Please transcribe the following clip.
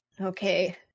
okay